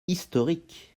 historique